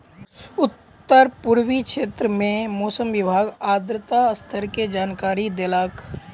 उत्तर पूर्वी क्षेत्र में मौसम विभाग आर्द्रता स्तर के जानकारी देलक